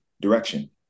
direction